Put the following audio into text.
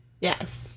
Yes